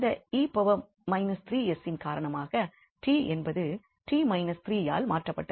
இந்த 𝑒−3𝑠 இன் காரணமாக 𝑡 என்பது 𝑡 − 3ஆல் மாற்றப்பட்டது